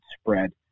spread